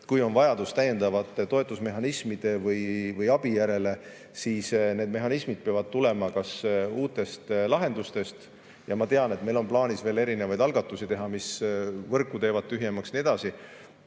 kui on vajadus täiendavate toetusmehhanismide või abi järele, siis need mehhanismid peavad tulema kas uutest lahendustest, ja ma tean, et meil on plaanis erinevaid algatusi teha, mis teevad võrku tühjemaks ja nii edasi,